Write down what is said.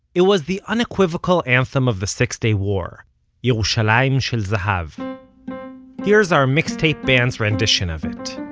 it was the unequivocal anthem of the six day war yerushalayim shel zahav here's our mixtape band's rendition of it